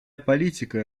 политика